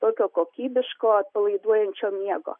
tokio kokybiško atpalaiduojančio miego